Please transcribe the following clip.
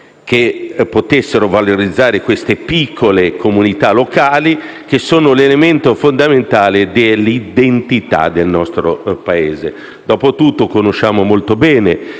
in grado di valorizzare queste piccole comunità locali, che sono l'elemento fondamentale dell'identità del nostro Paese. Dopo tutto, conosciamo molto bene